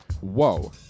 Whoa